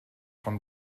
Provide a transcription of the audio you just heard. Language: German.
von